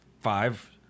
five